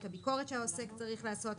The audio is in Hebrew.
את הביקורת שהעוסק צריך לעשות,